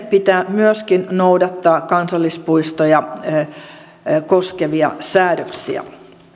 pitää myöskin noudattaa kansallispuistoja koskevia säädöksiä